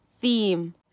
theme